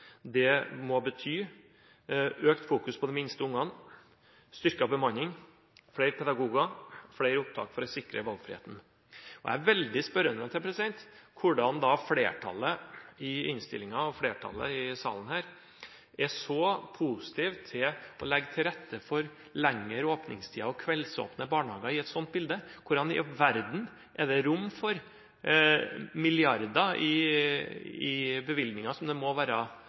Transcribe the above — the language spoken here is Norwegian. Det må bety økt fokus på de minste ungene, styrket bemanning, flere pedagoger og flere opptak for å sikre valgfriheten. Jeg er veldig spørrende til at flertallet i innstillingen og flertallet i salen her er så positive til å legge til rette for lengre åpningstider og kveldsåpne barnehager i et sånt bilde. Hvordan i all verden er det rom for milliarder i bevilgninger, som det da vil være